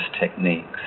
techniques